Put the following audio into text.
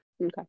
Okay